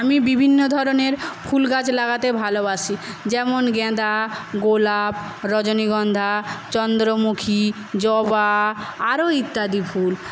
আমি বিভিন্ন ধরণের ফুলগাছ লাগাতে ভালোবাসি যেমন গাঁদা গোলাপ রজনীগন্ধা চন্দ্রমুখী জবা আরও ইত্যাদি ফুল